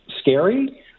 scary